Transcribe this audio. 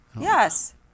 Yes